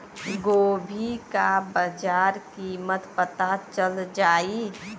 गोभी का बाजार कीमत पता चल जाई?